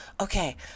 okay